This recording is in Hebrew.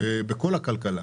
בכל הכלכלה.